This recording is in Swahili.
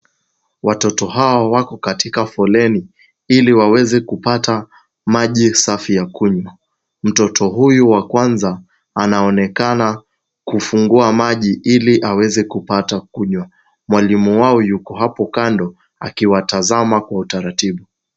Watoto hawa wako katika foleni, ili waweze kupata maji safi ya kunywa. Mtoto huyu wa kwanza anaonekana kufungua maji, ili aweze kupata kunywa. Mwalimu wao yuko hapo kando, akiwatazama kwa utaratibu.